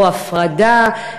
או הפרדה,